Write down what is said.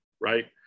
right